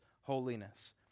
holiness